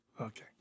Okay